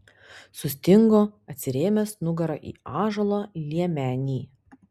sustingo atsirėmęs nugara į ąžuolo liemenį